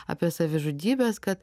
apie savižudybes kad